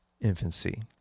infancy